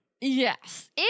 Yes